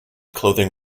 clothing